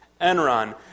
Enron